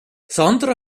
sandra